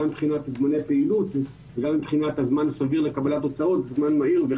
גם מבחינת ארגוני פעילות וגם מבחינת הזמן הסביר לקבלת תוצאות בזמן מהיר.